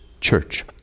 church